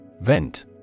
Vent